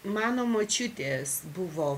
mano močiutės buvo